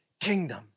kingdom